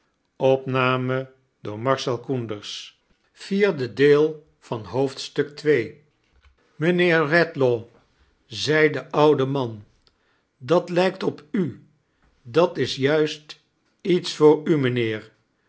mijnheer redlaw zei de oude man dat lijk t op u dat is juist iets voor u mijnheer